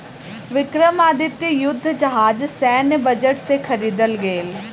विक्रमादित्य युद्ध जहाज सैन्य बजट से ख़रीदल गेल